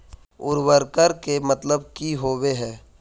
उर्वरक के मतलब की होबे है?